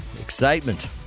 excitement